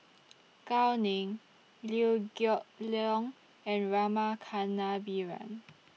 Gao Ning Liew Geok Leong and Rama Kannabiran